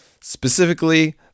specifically